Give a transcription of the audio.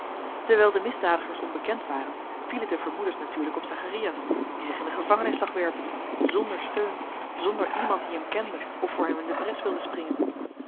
dewijl de misdadigers onbekend waren vielen de vermoedens natuurlijk op zacharias die zich in de gevangenis zag werpen zonder steun zonder iemand die hem kende of voor hem in de bres wilde springen